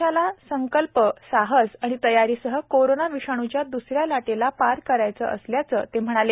देशाला संकल्प साहस आणि तयारीसह कोरोना विषाणूच्या द्सऱ्या लाटेला पार करायचं असल्याचं ते म्हणाले